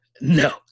No